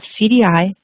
CDI